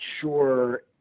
sure